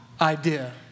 idea